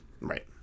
Right